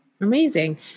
Amazing